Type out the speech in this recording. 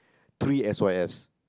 three S_Y_Fs